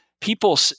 People